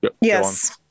Yes